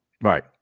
Right